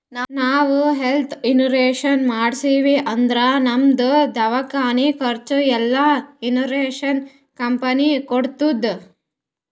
ನಾವ್ health insurance ಮಾಡ್ಸಿವ್ ಅಂದುರ್ ನಮ್ದು ದವ್ಕಾನಿ ಖರ್ಚ್ ಎಲ್ಲಾ ಇನ್ಸೂರೆನ್ಸ್ ಕಂಪನಿ ಕೊಡ್ತುದ್